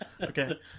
okay